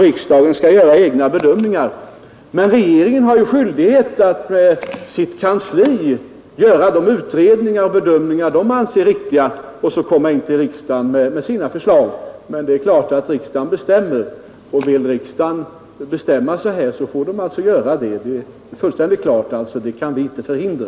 Riksdagen skall göra egna bedömningar, men regeringen har skyldighet att i sitt kansli göra de utredningar och bedömningar som den anser riktiga och sedan framlägga sina förslag för riksdagen. Men det är givet att riksdagen bestämmer, och vill riksdagen bestämma sig i detta fall så får den göra det. Det är fullständigt klart. Det kan vi inte förhindra.